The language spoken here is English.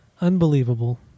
Unbelievable